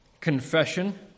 confession